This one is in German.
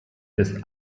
ist